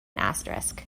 asterisk